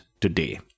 today